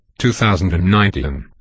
2019